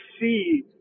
see